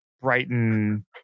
Brighton